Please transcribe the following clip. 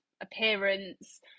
appearance